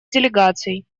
делегаций